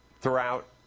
throughout